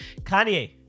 Kanye